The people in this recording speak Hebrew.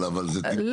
אבל זה טמטום,